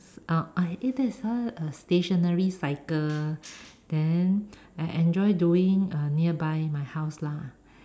oh uh eh a stationary cycle then I enjoy doing nearby my house lah